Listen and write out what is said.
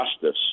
justice